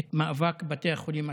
את מאבק בתי החולים הציבוריים,